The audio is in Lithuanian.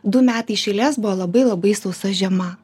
du metai iš eilės buvo labai labai sausa žiema